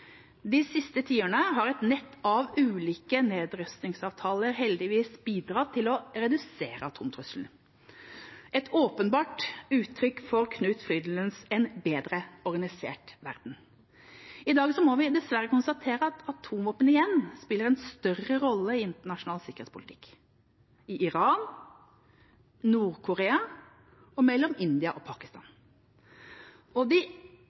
De siste tiårene har et nett av ulike nedrustningsavtaler heldigvis bidratt til å redusere atomtrusselen, et åpenbart uttrykk for Knut Frydenlunds «en bedre organisert verden». I dag må vi dessverre konstatere at atomvåpen igjen spiller en større rolle i internasjonal sikkerhetspolitikk: i Iran, i Nord-Korea og mellom India og Pakistan. Og de